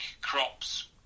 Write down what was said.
crops